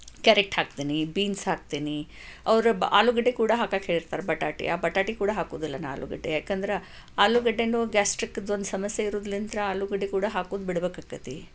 carrot ಹಾಕ್ತೀನಿ beans ಹಾಕ್ತೀನಿ ಅವರು ಬ ಆಲೂಗಡ್ಡೆ ಕೂಡ ಹಾಕಕ್ಕೆ ಹೇಳ್ತಾರೆ ಬಟಾಟೆ ಆ ಬಟಾಟೆ ಕೂಡ ಹಾಕುವುದಿಲ್ಲ ನಾನು ಆಲೂಗಡ್ಡೆ ಯಾಕೆಂದರೆ ಆಲುಗಡ್ಡೆಯಲ್ಲೂ ಗ್ಯಾಸ್ಟ್ರಿಕ್ದು ಒಂದು ಸಮಸ್ಯೆ ಇರೋದ್ಳಿಂತ್ರ್ ಆಲೂಗಡ್ಡೆ ಕೂಡ ಹಾಕೋದು ಬಿಡ್ಬೇಕಾಕತಿ